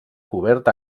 cobert